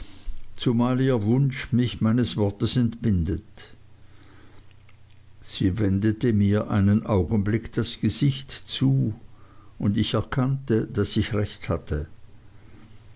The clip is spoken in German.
zumal ihr wunsch mich meines wortes entbindet sie wendete mir einen augenblick das gesicht zu und ich erkannte daß ich recht hatte